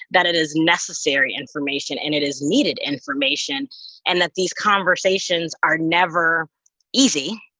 that it is necessary information, and it is needed information and that these conversations are never easy,